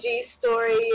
story